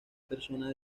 personas